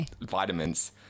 vitamins